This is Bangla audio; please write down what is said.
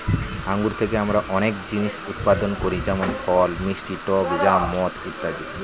আঙ্গুর থেকে আমরা অনেক জিনিস উৎপাদন করি যেমন ফল, মিষ্টি, টক জ্যাম, মদ ইত্যাদি